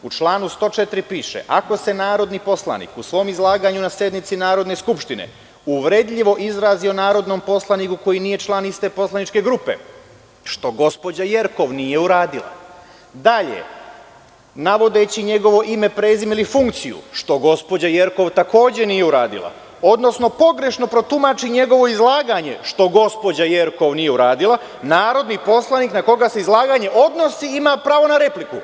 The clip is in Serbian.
U članu 104. piše: „Ako se narodni poslanik u svom izlaganju na sednici Narodne skupštine uvredljivo izrazio narodnom poslaniku koji nije član iste poslaničke grupe“, što gospođa Jerkov nije uradila, „navodeći njegovo ime, prezime ili funkciju“, što gospođa Jerkov takođe nije uradila, „odnosno pogrešno protumači njegovo izlaganje“, što gospođa Jerkov nije uradila, „narodni poslanik na koga se izlaganje odnosi ima pravo na repliku“